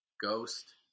Ghost